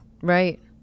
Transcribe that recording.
Right